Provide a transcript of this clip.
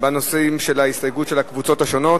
בנושאים של ההסתייגות של הקבוצות השונות?